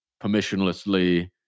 permissionlessly